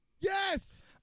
Yes